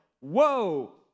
Whoa